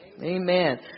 Amen